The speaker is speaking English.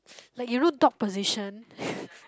like you know dog position